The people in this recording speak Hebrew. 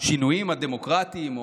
בשינויים הדמוקרטיים,